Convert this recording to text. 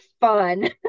fun